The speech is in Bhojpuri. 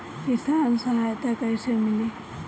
किसान सहायता कईसे मिली?